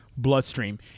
Bloodstream